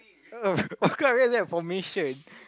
oh of course then what formation